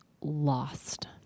lost